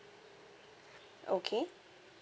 okay